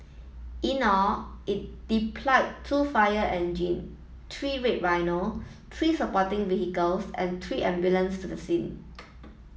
in all it deployed two fire engine three red rhino three supporting vehicles and three ambulance to the scene